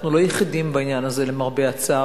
אנחנו לא יחידים בעניין הזה למרבה הצער.